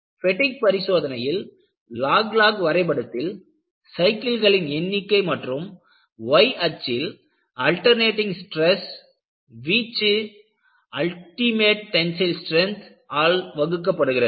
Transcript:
பெடிக் பரிசோதனையில் log log வரைபடத்தில் சைக்கிள்களின் எண்ணிக்கை மற்றும் y அச்சில் அல்டெர்னேட்டிங் ஸ்ட்ரெஸ்சின் வீச்சு அல்டிமேட் டென்ஸைல் ஸ்ட்ரென்த் ஆல் வகுக்கப்படுகிறது